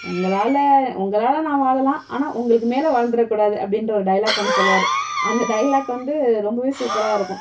உங்களால் உங்களால் நான் வாழலாம் ஆனால் உங்களுக்கு மேலே வாழ்ந்துரக்கூடாது அப்படின்ற ஒரு டைலாக் ஒன்று சொல்லுவாரு அந்த டைலாக் வந்து ரொம்பவே சூப்பராக இருக்கும்